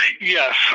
yes